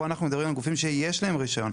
פה אנחנו מדברים על גופים שיש להם רישיון.